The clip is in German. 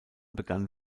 begann